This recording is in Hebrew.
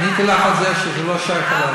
עניתי לך על זה שזה לא שייך אלי.